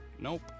Nope